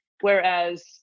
Whereas